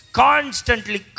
constantly